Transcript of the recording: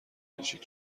بلژیک